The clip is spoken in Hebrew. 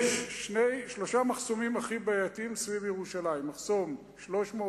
שלושה המחסומים הכי בעייתיים סביב ירושלים: מחסום 300,